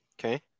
okay